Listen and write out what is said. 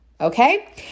Okay